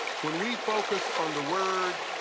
when we focus on the word,